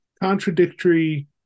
contradictory